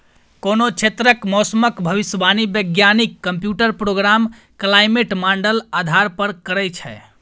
कोनो क्षेत्रक मौसमक भविष्यवाणी बैज्ञानिक कंप्यूटर प्रोग्राम क्लाइमेट माँडल आधार पर करय छै